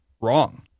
wrong